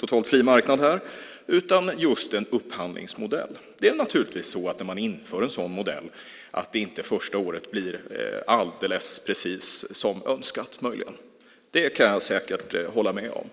totalt fri marknad. Vi valde i stället just en upphandlingsmodell. När man inför en sådan modell blir det naturligtvis möjligen inte alldeles som önskat det första året. Det kan jag hålla med om.